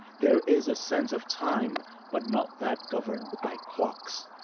there is a sense of time but not that governed by clocks.